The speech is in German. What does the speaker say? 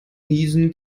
niesen